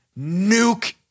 Nuke